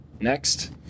Next